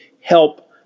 help